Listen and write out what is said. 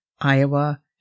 Iowa